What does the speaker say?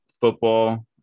football